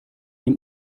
ihm